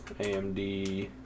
AMD